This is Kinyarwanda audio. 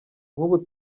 nk’ubu